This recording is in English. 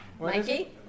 Mikey